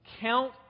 count